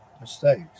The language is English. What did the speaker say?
mistakes